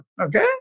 okay